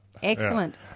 Excellent